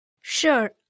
Sure